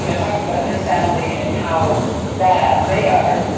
you know talks about his family and how badass they are,